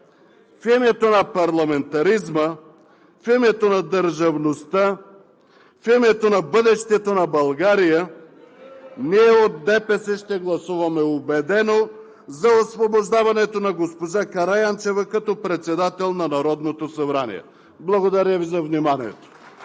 В името на парламентаризма, в името на държавността, в името на бъдещето на България ние от ДПС ще гласуваме убедено за освобождаването на госпожа Караянчева като председател на Народното събрание. Благодаря Ви за вниманието.